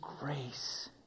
grace